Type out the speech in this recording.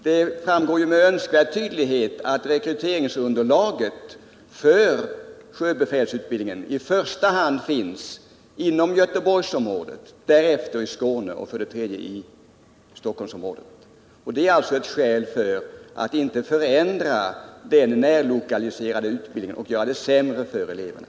Det framgår ju med önskvärd tydlighet att rekryteringsunderlaget för sjöbefälsutbildning finns i första hand inom Göteborgsområdet, därefter i Skåne och därnäst i Stockholmsområdet. Detta förhållande är ett skäl för att inte förändra den närlokaliserade utbildningen och göra det sämre för eleverna.